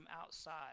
outside